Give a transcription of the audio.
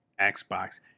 Xbox